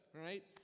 right